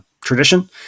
tradition